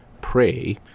pray